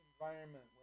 environment